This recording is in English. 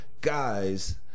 guys